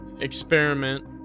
experiment